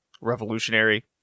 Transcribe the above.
revolutionary